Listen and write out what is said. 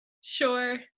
sure